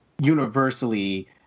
universally